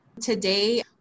Today